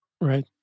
Right